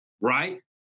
right